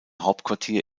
hauptquartier